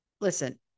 listen